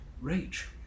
rage